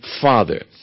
father